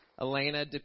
Elena